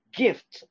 gift